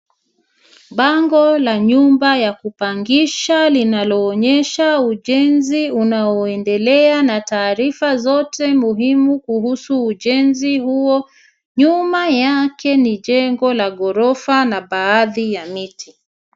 Bango la nyumba ya kupangisha linaloonyesha ujenzi unaoendelea na taarifa zote muhimu kuhusu ujenzi huo. Nyuma yake ni jengo la ghorofa na baadhi ya miti.